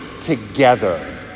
together